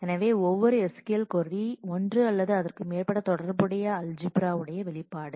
எனவே ஒவ்வொரு SQL query ஒன்று அல்லது அதற்கு மேற்பட்ட தொடர்புடைய அல்ஜிபிரா உடைய வெளிப்பாடு